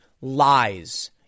Lies